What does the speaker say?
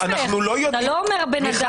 אתה לא אומר בן אדם.